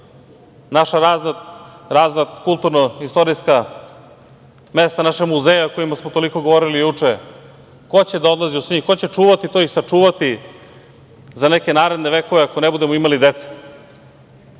naša razna kulturno istorijska mesta, naše muzeje o kojima smo toliko govorili juče, ko će da odlazi u njih, ko će čuvati to i sačuvati za neke naredne vekove, ako ne budemo imali dece?